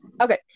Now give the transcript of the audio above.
Okay